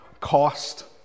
cost